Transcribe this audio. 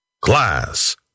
Class